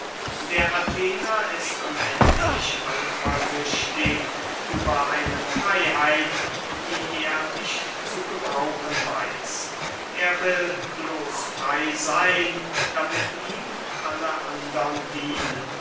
der athener ist unendlich eifersüchtig über eine freyheit die er nicht zu gebrauchen weiß er will bloß frey seyn damit ihm alle andern dienen